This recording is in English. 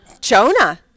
Jonah